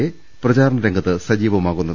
A പ്രചാരണരംഗത്ത് സജീവമാകുന്നത്